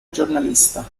giornalista